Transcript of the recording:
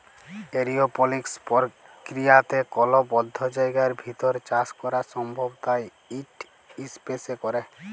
এরওপলিক্স পর্কিরিয়াতে কল বদ্ধ জায়গার ভিতর চাষ ক্যরা সম্ভব তাই ইট ইসপেসে ক্যরে